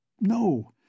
No